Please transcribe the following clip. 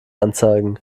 anzeigen